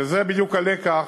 וזה בדיוק הלקח,